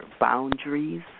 boundaries